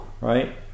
right